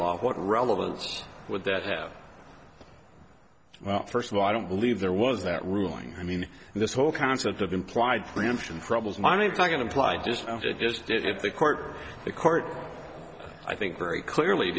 law what relevance would that have well first of all i don't believe there was that ruling i mean this whole concept of implied preemption troubles money talk and apply just it just it if the court the court i think very clearly